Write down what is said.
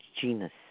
genus